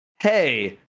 hey